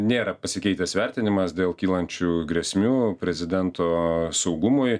nėra pasikeitęs vertinimas dėl kylančių grėsmių prezidento saugumui